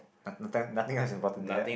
nothing nothing nice about it there